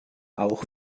auch